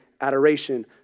adoration